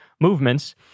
movements